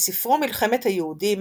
בספרו "מלחמת היהודים"